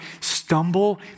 stumble